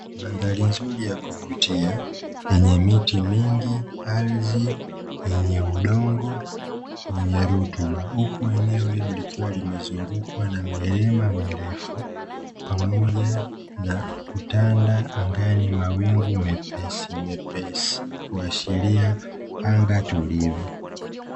Mandhari nzuri ya kuvutia yenye miti mingi, ardhi yenye udongo wenye rutuba, huku eneo hilo likiwa limezungukwa na milima mirefu, pamoja na kutanda angani mawingu mepesimepesi kuashiria anga tulivu.